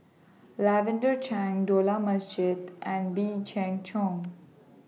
Lavender Chang Dollah Majid and Wee Chang Chong